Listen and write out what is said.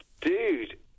dude